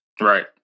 Right